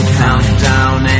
countdown